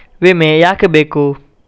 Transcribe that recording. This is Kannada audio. ವಿಮೆ ಯಾಕೆ ಬೇಕು?